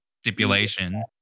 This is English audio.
stipulation